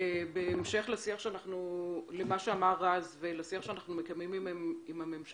בהמשך למה שאמר רז ולשיח שאנחנו מקיימים עם הממשלה,